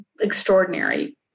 extraordinary